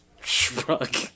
shrug